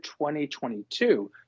2022